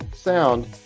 sound